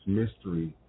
mystery